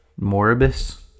Moribus